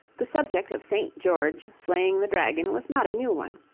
the subject of st. george slaying the dragon was not a new one.